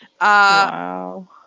Wow